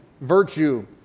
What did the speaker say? virtue